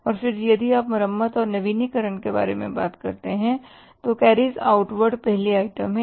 और फिर यदि आप मरम्मत और नवीनीकरण के बारे में बात करते हैं तो कैरिज आउटवार्डपहली आइटम है